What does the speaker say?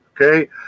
okay